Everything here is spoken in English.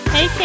Hey